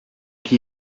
qui